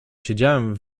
siedziałem